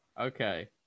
Okay